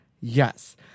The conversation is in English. yes